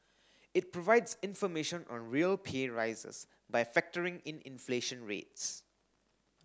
it provides information on real pay rises by factoring in inflation rates